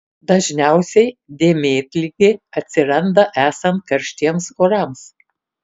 dažniausiai dėmėtligė atsiranda esant karštiems orams